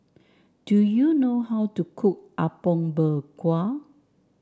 do you know how to cook Apom Berkuah